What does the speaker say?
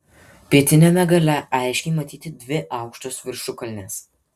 pietiniame gale aiškiai matyti dvi aukštos viršukalnės